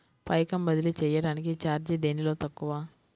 పైకం బదిలీ చెయ్యటానికి చార్జీ దేనిలో తక్కువ?